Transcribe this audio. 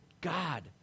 God